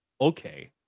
okay